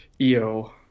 Eo